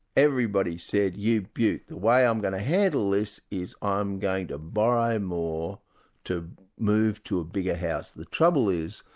everybody said, you beaut. the way i'm going to handle this is ah i'm going to borrow more to move to a bigger house. the trouble is,